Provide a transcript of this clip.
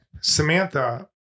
Samantha